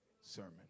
sermon